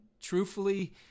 truthfully